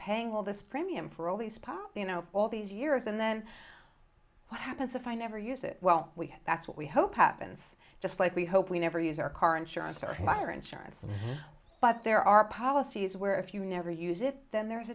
paying all this premium for all these pot you know all these years and then what happens if i never use it well we have that's what we hope happens just like we hope we never use our car insurance or fire insurance but there are policies where if you never use it then there